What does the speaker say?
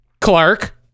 Clark